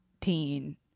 teen